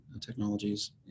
technologies